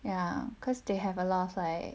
ya cause they have a lot of like